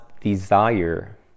desire